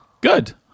Good